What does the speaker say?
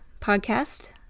podcast